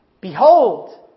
behold